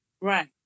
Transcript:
Right